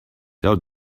tell